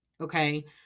Okay